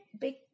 big